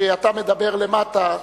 כשאתה מדבר למטה,